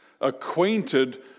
acquainted